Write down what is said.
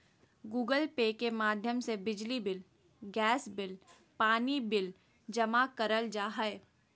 Google pay के माध्यम से बिजली बिल, गैस बिल, पानी बिल जमा करल जा हय